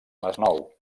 masnou